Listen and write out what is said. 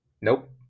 nope